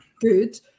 Good